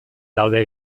daude